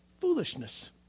foolishness